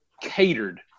catered